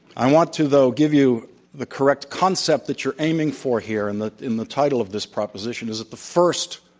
i want to though give you the correct concept that you are aiming for here, in that, in the title of this proposition, is it the first,